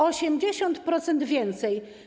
80% więcej.